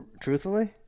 Truthfully